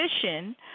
position